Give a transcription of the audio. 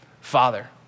Father